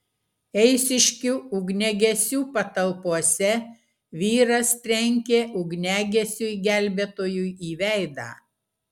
eišiškių ugniagesių patalpose vyras trenkė ugniagesiui gelbėtojui į veidą